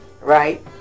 right